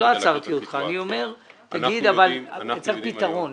לא עצרתי אותך אבל צריך פתרון.